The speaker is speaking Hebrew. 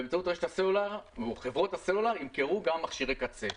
באמצעות רשת הסלולר חברות הסלולר ימכרו גם מכשירי קצה.